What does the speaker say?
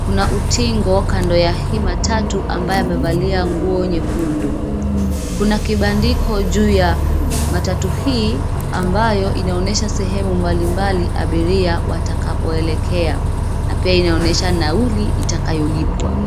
Kuna utingo kando ya hii matatu ambaye amevalia nguo nyekundu. Kuna kibandiko juu ya matatu hii ambayo inaonyesha sehemu mbalimbali abiria watakapoelekea na pia inaonyesha nauli itakayolipwa.